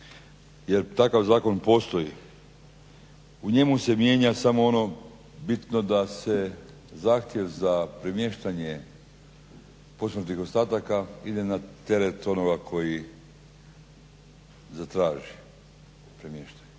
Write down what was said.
jer takav zakon postoji. U njemu se mijenja samo ono bitno da se zahtjev za premještanje posmrtnih ostataka ide na teret onoga koji zatraži premještanje.